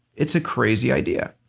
it's a crazy idea.